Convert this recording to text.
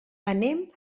anem